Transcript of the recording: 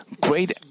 great